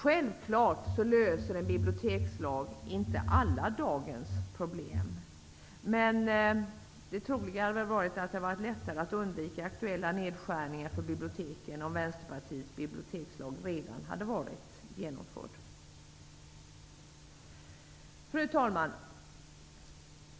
Självklart löser en bibliotekslag inte alla dagens problem. Det troliga hade väl varit att det hade varit lättare att undvika aktuella nedskärningar när det gäller biblioteken om Vänsterpartiets bibliotekslag redan hade varit genomförd. Fru talman!